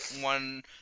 one